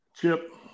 Chip